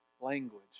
language